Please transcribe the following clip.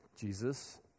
Jesus